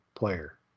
player